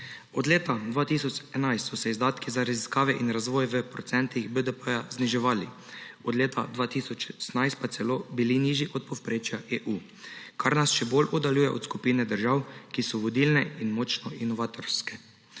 Od leta 2011 so se izdatki za raziskave in razvoj v procentih BDP-ja zniževali, od leta 2018 pa celo bili nižji od povprečja EU, kar nas še bolj oddaljuje od skupine držav, ki so vodilne in močno inovatorske.